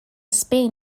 spain